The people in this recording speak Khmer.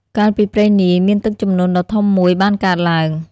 កាលពីព្រេងនាយ មានទឹកជំនន់ដ៏ធំមួយបានកើតឡើង។